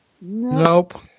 Nope